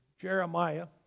Jeremiah